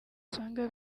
usanga